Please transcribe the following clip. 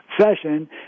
session